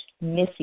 missy